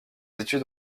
études